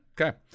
Okay